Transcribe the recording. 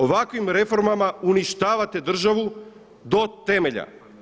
Ovakvim reformama uništavate državu do temelja!